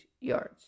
yards